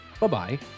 Bye-bye